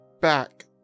back